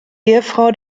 ehefrau